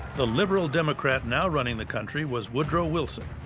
the liberal democrat now running the country was woodrow wilson,